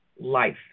life